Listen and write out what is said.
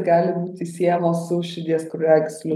gali būti siejamos su širdies kraujagyslių